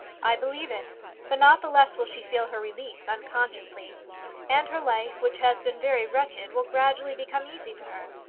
i believe it but not the less will she feel her release, unconsciously and her life, which has been very wretched, will gradually become easy to her.